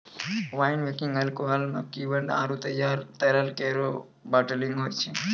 wine making alcohol म किण्वन आरु तैयार तरल केरो बाटलिंग होय छै